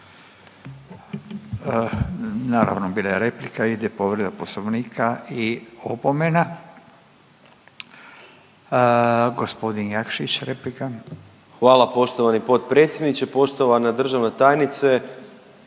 Naravno bila je replika, ide povreda poslovnika i opomena. Gospodin Jakšić replika. **Jakšić, Mišel (SDP)** Hvala poštovani potpredsjedniče. Poštovana državna tajnice